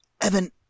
Evan